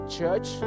church